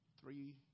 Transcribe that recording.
Three